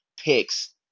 picks